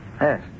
Yes